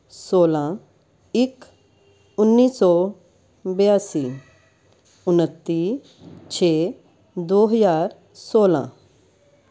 ਸੋਲਾਂ ਇੱਕ ਉੱਨੀ ਸੌ ਬਿਆਸੀ ਉਨੱਤੀ ਛੇ ਦੋ ਹਜ਼ਾਰ ਸੋਲਾਂ